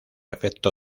efecto